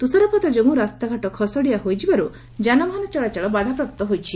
ତୁଷାରପାତ ଯୋଗୁଁ ରାସ୍ତାଘାଟ ଖସଡିଆ ହୋଇଯିବାରୁ ଯାନବାହନ ଚଳାଚଳ ବାଧାପ୍ରାପ୍ତ ହୋଇଛି